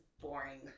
boring